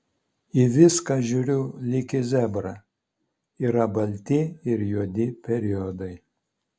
į viską žiūriu lyg į zebrą yra balti ir juodi periodai